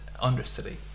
understudy